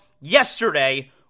yesterday